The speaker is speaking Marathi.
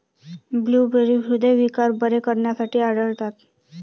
ब्लूबेरी हृदयविकार बरे करण्यासाठी आढळतात